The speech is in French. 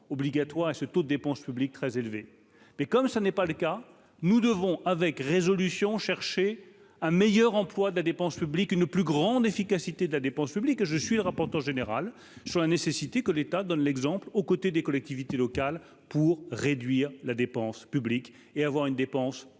obligatoires à ce taux de dépenses publiques très élevées, mais comme ça n'est pas le cas, nous devons avec résolution chercher un meilleur emploi de la dépense publique, une plus grande efficacité de la dépense publique, je suis le rapporteur général sur la nécessité que l'État donne l'exemple aux côtés des collectivités locales pour réduire la dépense publique et avoir une dépense